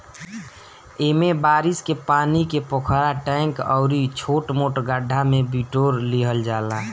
एमे बारिश के पानी के पोखरा, टैंक अउरी छोट मोट गढ्ढा में बिटोर लिहल जाला